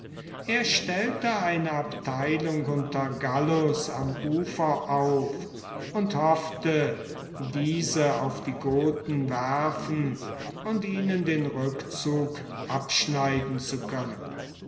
er stellte eine abteilung unter gallus am ufer auf und hoffte diese auf die goten werfen und ihnen den rückzug abschneiden zu können